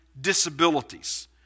disabilities